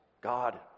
God